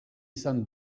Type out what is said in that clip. izan